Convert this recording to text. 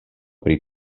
pri